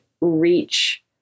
reach